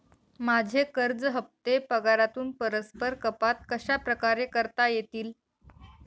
माझे कर्ज हफ्ते पगारातून परस्पर कपात कशाप्रकारे करता येतील?